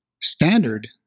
standard